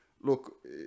look